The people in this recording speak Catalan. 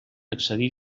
accedir